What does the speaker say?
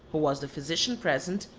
who was the physician present,